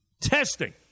Testing